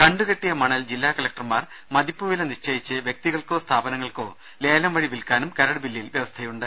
കണ്ടുകെട്ടിയ മണൽ ജില്ലാ കലക്ടർമാർ മതിപ്പുവില നിശ്ചയിച്ച് വ്യക്തികൾക്കോ സ്ഥാപനങ്ങൾക്കോ ലേലം വഴി വിൽക്കാനും കരട് ബില്ലിൽ വ്യവസ്ഥയുണ്ട്